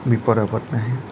বিপদ আপদ নাহে